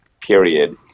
period